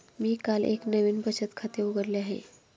मी काल एक नवीन बचत खाते उघडले आहे